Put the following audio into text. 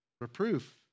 Reproof